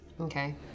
Okay